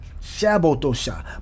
Shabotosha